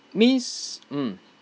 means mm